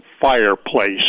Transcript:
fireplace